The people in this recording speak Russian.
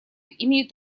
имеют